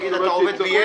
תגיד, אתה עובד ב"ילאו"?